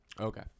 Okay